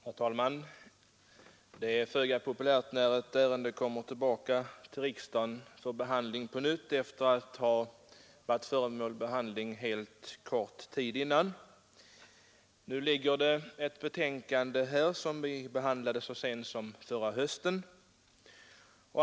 Herr talman! Det är föga populärt när ett ärende kommer tillbaka till riksdagen efter att ha varit föremål för behandling helt kort tid dessförinnan. Nu ligger på riksdagens bord ett betänkande i ett ärende, som vi behandlade så sent som förra hösten.